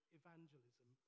evangelism